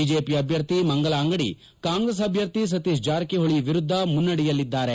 BJP ಅಭ್ಯರ್ಥಿ ಮಂಗಲಾ ಅಂಗಡಿ ಕಾಂಗ್ರೆಸ್ ಅಭ್ಯರ್ಥಿ ಸತೀಶ್ ಜಾರಕಿಹೊಳಿ ವಿರುದ್ದ ಮುನ್ನಡೆಯಲ್ಲಿದ್ದಾರೆ